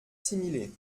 similé